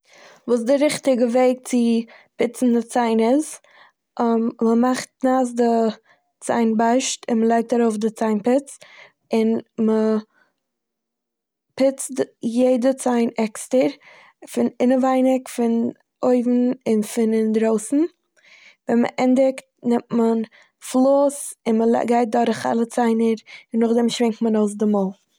וואס די ריכטיגע וועג צו פיצן די ציין איז. מ'מאכט נאס די ציין בארשט, און מ'לייגט ארויף די ציין פוץ, און מ'פיצט די- יעדע ציין עקסטער פון אינעווייניג, פון אויבן, און פון אינדרויסן. ווען מ'ענדיגט, נעמט מען פלאס און מ'ליי- גייט דורך אלע ציינער, און נאכדעם שווענקט מען אויס די מויל.